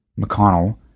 McConnell